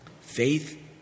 Faith